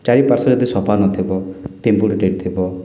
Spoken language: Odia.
ଚାରିପାର୍ଶ୍ଵ ଯଦି ସଫା ନଥିବ ପିମ୍ପୁଡିଟିଏ ଥିବ